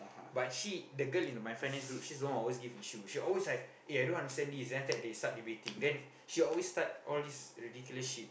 but she the girl in my finance group she's one who always give issue she always like eh I don't understand this then after that they start debating then she always start all these ridiculous shit